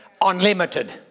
unlimited